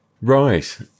right